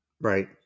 Right